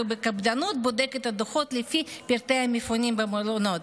ובקפדנות בודק את הדוחות לפי פרטי המפונים במלונות,